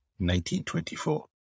1924